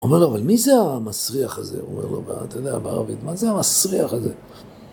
הוא אומר לו, אבל מי זה המסריח הזה? הוא אומר לו, אתה יודע בערבית, מה זה המסריח הזה?